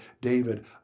David